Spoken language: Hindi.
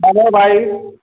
बताओ भाई